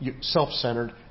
self-centered